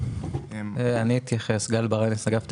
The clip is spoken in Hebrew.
אגף תקציבים.